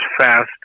fast